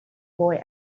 boy